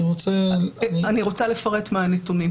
אני רוצה לפרט מה הנתונים,